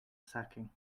sacking